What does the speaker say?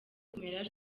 kumera